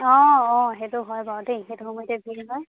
অঁ অঁ সেইটো হয় বাৰু দেই সেইটো সময়তেই ভিৰ হয়